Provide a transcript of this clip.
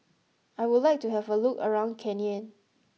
I would like to have a look around Cayenne